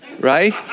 right